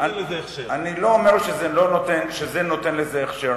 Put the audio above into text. אני לא אומר שזה נותן לזה הכשר.